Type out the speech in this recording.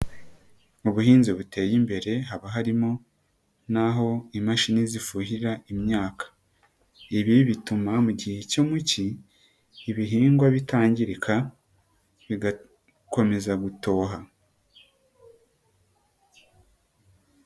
Mu buhinzi buteye imbere haba harimo n'aho imashini zifuhira imyaka, ibi bituma mu gihe cyo mu cyi ibihingwa bitangirika bigakomeza gutoha.